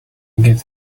get